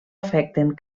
afecten